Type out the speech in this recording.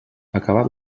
acabat